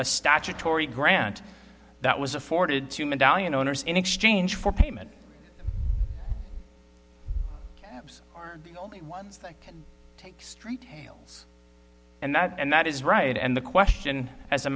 a statutory grant that was afforded to medallion owners in exchange for payment caps are the only ones that can take straight males and that and that is right and the question as a